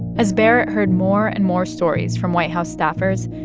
as barrett heard more and more stories from white house staffers,